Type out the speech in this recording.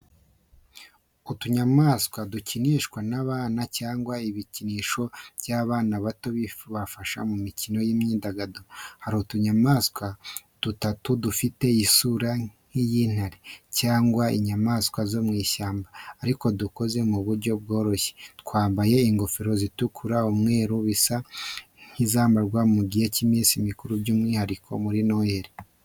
Utunyamaswa dukinishwa n’abana cyangwa ibikinisho by'abana bato bibafasha mu mikino n'imyidagaduro. Hari utunyamaswa dutatu dufite isura nk’iy’intare cyangwa inyamanswa zo mu ishyamba ariko dukoze ku buryo bworoshye. Twambaye ingofero zitukura n'umweru bisa nk’izambarwa mu gihe cy’iminsi mikuru byumwihariko muri noheli.